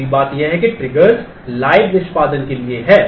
दूसरी बात यह है कि ट्रिगर्स लाइव निष्पादन के लिए हैं